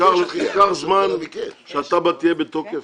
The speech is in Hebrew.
ייקח זמן שהתב"ע תהיה בתוקף,